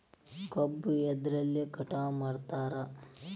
ಕಬ್ಬು ಎದ್ರಲೆ ಕಟಾವು ಮಾಡ್ತಾರ್?